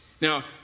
Now